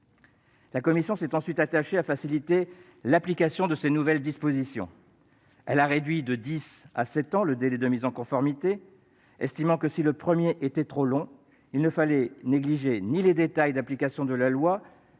La commission s'est ensuite attachée à faciliter l'application de ces nouvelles dispositions. Elle a réduit de dix ans à sept ans le délai de mise en conformité, estimant que, si le premier était trop long, il ne fallait négliger ni les délais d'application de la loi